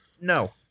no